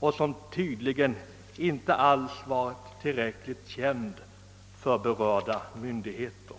och som tydligen inte alls varit tillräckligt känd för berörda myndigheter.